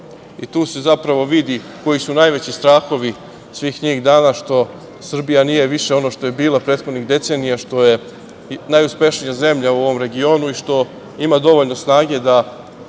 tu se zapravo vidi koji su najveći strahovi svih njih, zato što Srbija nije više ono što je bila prethodnih decenija, što je najuspešnija zemlja u ovom regionu i što ima dovoljno snage da